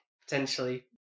potentially